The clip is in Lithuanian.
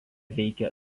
veikė